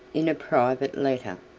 in a private letter,